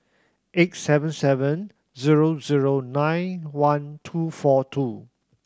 eight seven seven zero zero nine one two four two